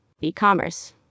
E-commerce